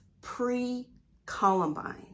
pre-Columbine